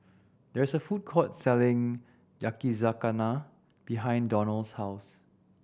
there is a food court selling Yakizakana behind Donnell's house